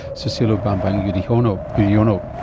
susilo bambang yudhoyono. you know